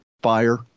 fire